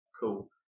Cool